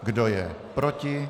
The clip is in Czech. Kdo je proti?